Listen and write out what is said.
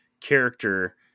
character